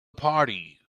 party